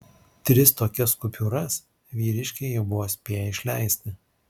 tris tokias kupiūras vyriškiai jau buvo spėję išleisti